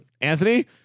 Anthony